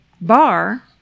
bar